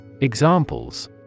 Examples